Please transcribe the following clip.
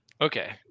okay